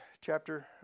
chapter